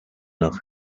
nach